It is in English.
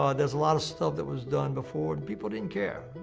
um there was a lot of stuff that was done before and people didn't care.